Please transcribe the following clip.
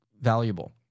valuable